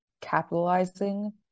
capitalizing